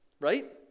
Right